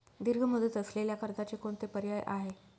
दीर्घ मुदत असलेल्या कर्जाचे कोणते पर्याय आहे?